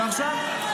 --- באמת?